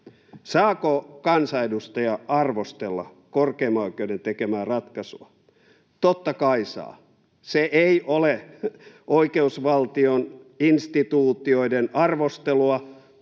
Saako kansanedustaja arvostella korkeimman oikeuden tekemää ratkaisua? Totta kai saa. Se ei ole oikeusvaltion instituutioiden arvostelua